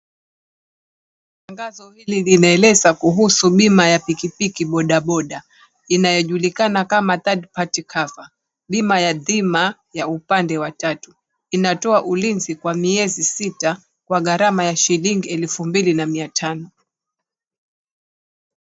Tangazo hili linaeleza kuhusu bima ya pikipiki bodaboda inayojulikana kama Third Party Cover. Bima ya thima ya upande wa tatu. Inatoa ulinzi kwa miezi sita kwa gharama ya shilingi elfu mbili na mia tano.